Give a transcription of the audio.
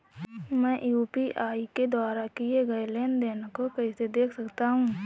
मैं यू.पी.आई के द्वारा किए गए लेनदेन को कैसे देख सकता हूं?